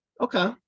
Okay